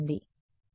విద్యార్థి